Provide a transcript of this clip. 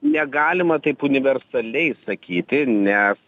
negalima taip universaliai sakyti nes